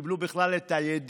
וקיבלו בכלל את הידיעה